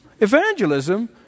Evangelism